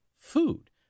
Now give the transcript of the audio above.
food